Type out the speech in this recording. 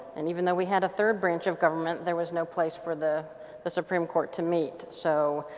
and even though we had a third branch of government there was no place for the the supreme court to meet. so,